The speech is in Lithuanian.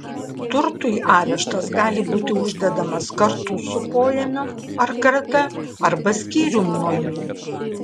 turtui areštas gali būti uždedamas kartu su poėmiu ar krata arba skyrium nuo jų